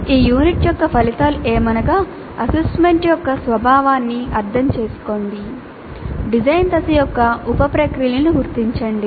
ఈ యూనిట్ యొక్క ఫలితాల ఏమనగా అస్సెస్సెమెంట్ యొక్క స్వభావాన్ని అర్థం చేసుకోండి డిజైన్ దశ యొక్క ఉప ప్రక్రియలను గుర్తించండి